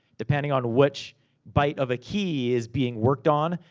depending on which byte of a key is being worked on,